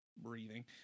breathing